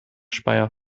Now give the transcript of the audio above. speyer